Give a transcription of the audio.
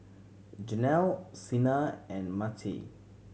Janel Cena and Mattye